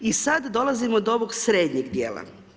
I sad dolazimo do ovog srednjeg dijela.